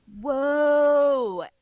Whoa